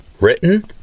Written